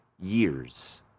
years